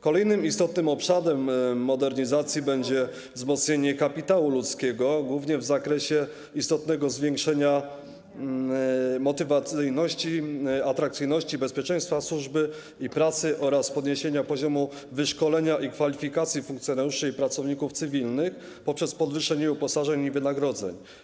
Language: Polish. Kolejnym istotnym obszarem modernizacji będzie wzmocnienie kapitału ludzkiego, głównie w zakresie istotnego zwiększenia motywacyjności, atrakcyjności, bezpieczeństwa służby i pracy oraz podniesienia poziomu wyszkolenia i kwalifikacji funkcjonariuszy i pracowników cywilnych poprzez podwyższenie uposażeń i wynagrodzeń.